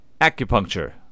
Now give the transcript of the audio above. acupuncture